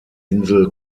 insel